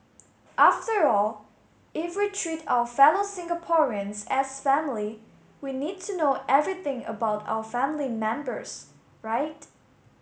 after all if we treat our fellow Singaporeans as family we need to know everything about our family members right